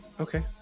Okay